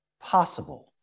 possible